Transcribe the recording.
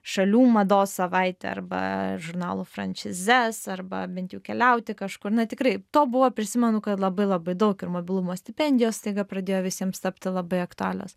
šalių mados savaitę arba žurnalų franšizes arba bent jau keliauti kažkur na tikrai to buvo prisimenu kad labai labai daug ir mobilumo stipendijos staiga pradėjo visiems tapti labai aktualios